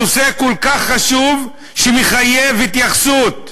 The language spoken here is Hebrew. הנושא כל כך חשוב שהוא מחייב התייחסות.